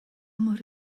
mor